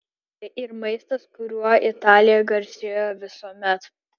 tai ir maistas kuriuo italija garsėjo visuomet